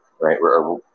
right